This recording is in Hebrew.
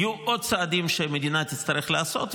יהיו עוד צעדים שהמדינה תצטרך לעשות,